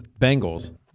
Bengals